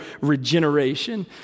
regeneration